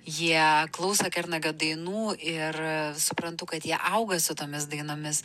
jie klauso kernagio dainų ir suprantu kad jie auga su tomis dainomis